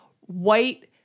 white